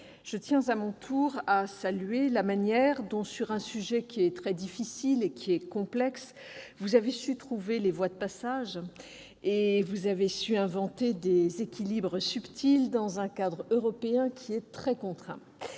Je tiens à mon tour à saluer la manière dont, sur un sujet difficile et complexe, vous avez su trouver des voies de passage et inventer des équilibres subtils dans un cadre européen très contraint.